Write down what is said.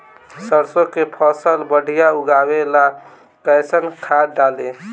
सरसों के फसल बढ़िया उगावे ला कैसन खाद डाली?